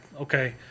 Okay